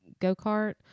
go-kart